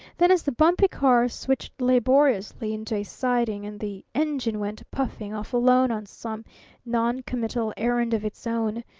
then, as the bumpy cars switched laboriously into a siding, and the engine went puffing off alone on some noncommittal errand of its own,